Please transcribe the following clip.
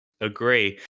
agree